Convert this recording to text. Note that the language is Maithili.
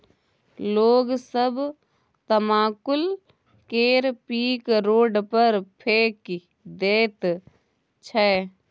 लोग सब तमाकुल केर पीक रोड पर फेकि दैत छै